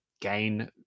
gain